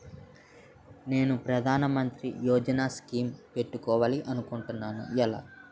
నేను ప్రధానమంత్రి యోజన పథకానికి పెట్టుకోవాలి అనుకుంటున్నా ఎలా?